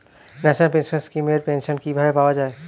National pension scheme এর pension কিভাবে পাওয়া যায়?